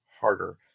harder